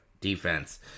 defense